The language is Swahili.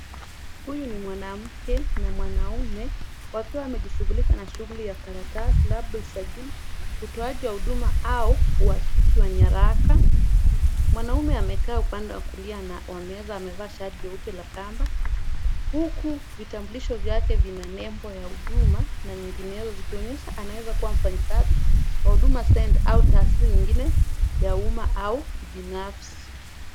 Huyu ni mwanamke na mwanaume wakiwa wamejishughulisha na shughuli ya sarakasi, labda usajili, utoaji wa huduma au uhakiki wa nyaraka. Mwanaume amekaa upande wa kulia wa meza amevaa shati nyeupe la pamba huku vitambulisho vyake vina nembo ya huduma na nyinginezo zikionyesha anaeza kuwa mfanyikazi wa Huduma Center au taasisi nyingine ya umma au kibinafsi.